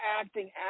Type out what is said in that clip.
acting